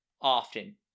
Often